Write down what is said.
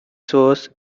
source